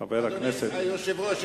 אדוני היושב-ראש,